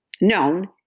known